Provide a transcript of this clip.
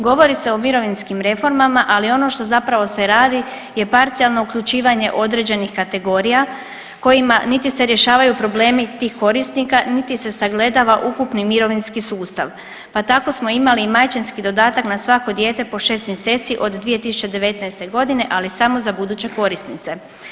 Govori se o mirovinskim reformama, ali ono što zapravo se radi je parcijalno uključivanje određenih kategorija kojima niti se rješavaju problemi tih korisnika, niti se sagledava ukupni mirovinski sustav, pa tako smo imali i majčinski dodatak na svako dijete po 6 mjeseci od 2019. godine, ali samo za buduće korisnice.